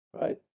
right